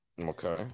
Okay